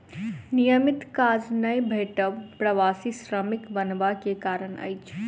नियमित काज नै भेटब प्रवासी श्रमिक बनबा के कारण अछि